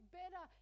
better